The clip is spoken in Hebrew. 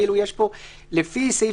לפי סעיף